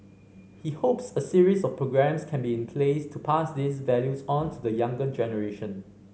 he hopes a series of programmes can be in place to pass these values on to the younger generation